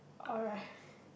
alright